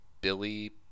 billy